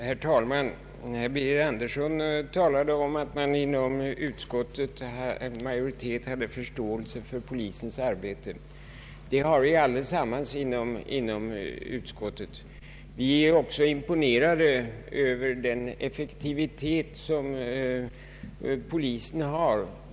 Herr talman! Herr Birger Andersson talade om att utskottsmajoriteten hyser förståelse för polisens arbete. Det gör vi allesammans inom utskottet. Vi är även imponerade över den effektivitet som polisen visar.